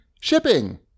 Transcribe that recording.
shipping